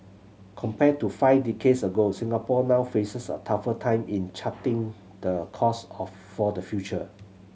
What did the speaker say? compared to five decades ago Singapore now faces a tougher time in charting the course of for the future